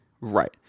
Right